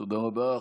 תודה רבה.